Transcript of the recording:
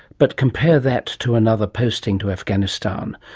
but compare that to another posting to afghanistan,